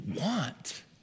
want